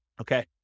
Okay